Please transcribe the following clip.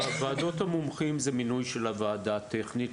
ועדות המומחים זה מינוי של הוועדה הטכנית,